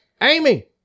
Amy